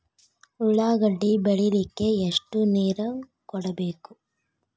ಉಳ್ಳಾಗಡ್ಡಿ ಬೆಳಿಲಿಕ್ಕೆ ಎಷ್ಟು ನೇರ ಕೊಡಬೇಕು?